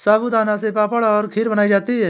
साबूदाना से पापड़ और खीर बनाई जाती है